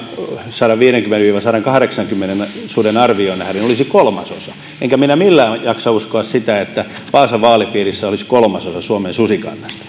sadanviidenkymmenen viiva sadankahdeksankymmenen suden arvioon nähden olisi kolmasosa enkä minä millään jaksa uskoa sitä että vaasan vaalipiirissä olisi kolmasosa suomen susikannasta